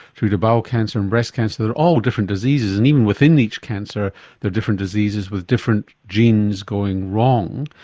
through to bowel cancer and breast cancer, they're all different diseases and even within each cancer they're different diseases with different genes going wrong.